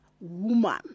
woman